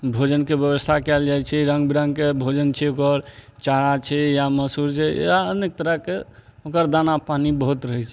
भोजनके व्यवस्था कयल जाइ छै रङ्ग बिरङ्गके भोजन छै ओकर चारा छै या मसूर छै या अनेक तरहके ओकर दाना पानि बहुत रहय छै